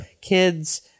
Kids